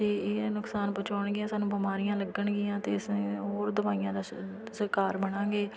ਅਤੇ ਇਹ ਨੁਕਸਾਨ ਪਹੁੰਚਾਉਣਗੀਆਂ ਸਾਨੂੰ ਬਿਮਾਰੀਆਂ ਲੱਗਣਗੀਆਂ ਅਤੇ ਇਸ ਹੋਰ ਦਵਾਈਆਂ ਦਾ ਸ਼ਿਕਾਰ ਬਣਾਂਗੇ